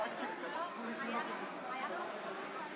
אני קובע כי הצעת החוק לא התקבלה.